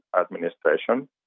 administration